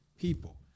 people